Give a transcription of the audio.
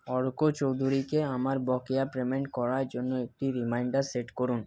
অর্ক চৌধুরীকে আমার বকেয়া পেমেন্ট করার জন্য একটি রিমাইন্ডার সেট করুন